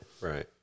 Right